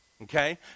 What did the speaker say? Okay